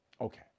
Okay